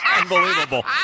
Unbelievable